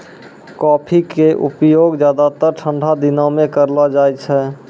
coffee के उपयोग ज्यादातर ठंडा दिनों मॅ करलो जाय छै